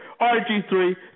rg3